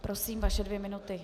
Prosím, vaše dvě minuty.